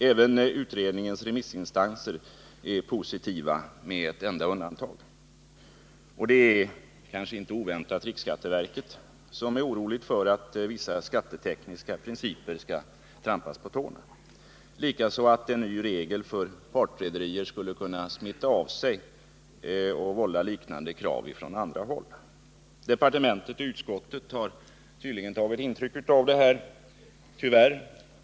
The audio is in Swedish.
Även de remissinstanser som behandlat utredningen är positiva, med ett undantag. Det är — kanske inte oväntat — riksskatteverket, som är oroligt för att vissa skattemässiga principer skall trampas på tårna och likaså för att en ny regel för partrederier skulle kunna smitta av sig och förorsaka liknande krav från andra håll. Departementet och utskottet har tyvärr tydligen tagit intryck av dessa synpunkter.